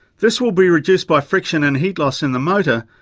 this will be reduced by friction and heat loss in the motor,